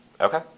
Okay